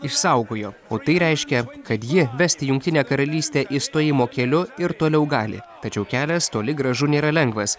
išsaugojo o tai reiškia kad ji vesti jungtinę karalystę išstojimo keliu ir toliau gali tačiau kelias toli gražu nėra lengvas